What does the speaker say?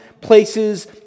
places